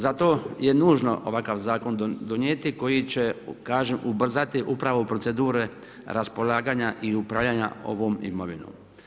Zato je nužno ovakav zakon donijeti koji će ubrzati upravo procedure raspolaganja i upravljanja ovom imovinom.